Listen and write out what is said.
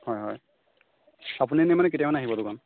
হয় হয় আপুনি ইনে মানে কেতিয়া মানে আহিব দোকান